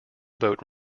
boat